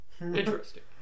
Interesting